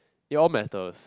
it all matters